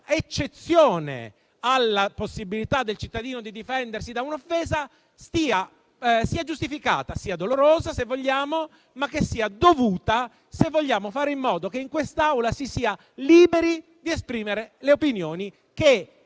eccezione alla possibilità del cittadino di difendersi da un'offesa sia giustificata, dolorosa se vogliamo, ma dovuta se vogliamo fare in modo che in quest'Aula si sia liberi di esprimere le opinioni che